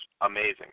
amazing